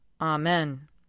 Amen